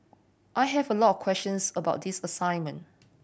I have a lot of questions about this assignment